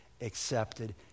accepted